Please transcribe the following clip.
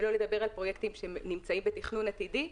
שלא לדבר על פרויקטים שנמצאים בתכנון עתידי,